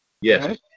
Yes